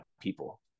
people